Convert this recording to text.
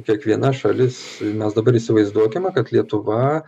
kiekviena šalis mes dabar įsivaizduokime kad lietuva